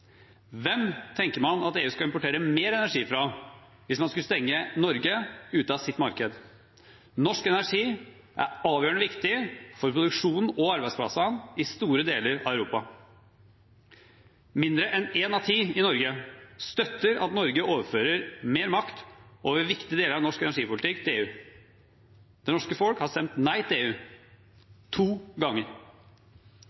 Hvem tenker man at EU skal importere mer energi fra hvis man skulle stenge Norge ute av sitt marked? Norsk energi er avgjørende viktig for produksjonen og arbeidsplassene i store deler av Europa. Færre enn én av ti i Norge støtter at Norge overfører mer makt over viktige deler av norsk energipolitikk til EU. Det norske folk har stemt nei til EU